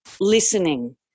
listening